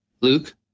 Luke